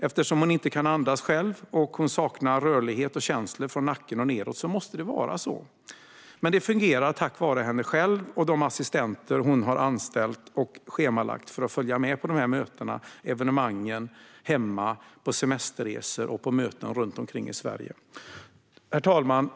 Eftersom hon inte kan andas själv och saknar rörlighet och känsel från nacken och nedåt måste det vara så. Men det fungerar tack vare henne själv och de assistenter som hon har anställt och schemalagt för att följa med på möten och evenemang hemma, semesterresor och möten runt omkring i Sverige. Herr talman!